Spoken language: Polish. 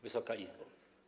Wysoka Izbo!